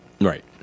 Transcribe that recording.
right